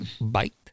Bite